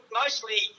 mostly